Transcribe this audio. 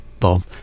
Bob